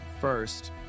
first